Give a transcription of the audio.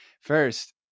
First